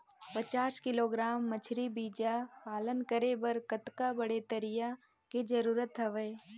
पचास किलोग्राम मछरी बीजा पालन करे बर कतका बड़े तरिया के जरूरत हवय?